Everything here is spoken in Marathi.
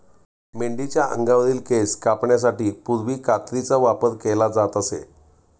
मेंढीच्या अंगावरील केस कापण्यासाठी पूर्वी कात्रीचा वापर केला जात असे